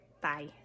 Bye